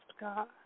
God